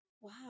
Wow